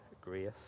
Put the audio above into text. grace